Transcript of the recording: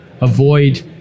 avoid